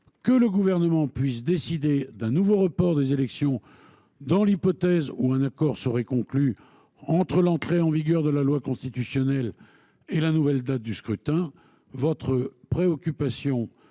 que le Gouvernement puisse décider d’un nouveau report des élections dans l’hypothèse où un accord serait conclu entre l’entrée en vigueur de la loi constitutionnelle et la nouvelle date du scrutin. Votre préoccupation